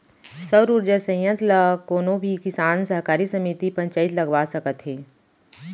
सउर उरजा संयत्र ल कोनो भी किसान, सहकारी समिति, पंचईत लगवा सकत हे